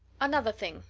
another thing,